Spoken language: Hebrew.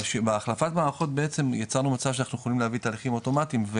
בהחלפת מערכות בעצם יצרנו מצב שאנחנו יכולים להביא תהליכים אוטומטיים,